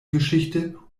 geschichte